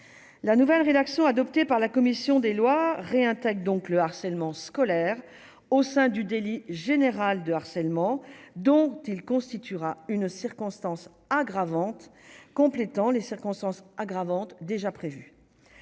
la nouvelle rédaction adoptée par la commission des lois réintègre donc le harcèlement scolaire au sein du délit général de harcèlement. Donc il constituera une circonstance aggravante, complétant les circonstances aggravantes déjà prévus.